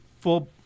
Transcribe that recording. full